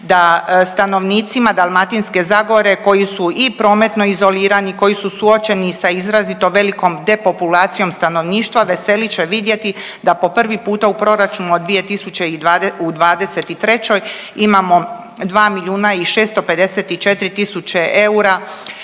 da stanovnicima Dalmatinske zagore koji su i prometno izolirani, koji su suočeni sa izrazito velikom depopulacijom stanovništva, veselit će vidjeti da po prvi puta u proračunu od 2000 i .../nerazumljivo/... u '23. imamo 2 milijuna i 654 tisuće eura